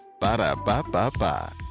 Ba-da-ba-ba-ba